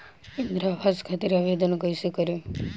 इंद्रा आवास खातिर आवेदन कइसे करि?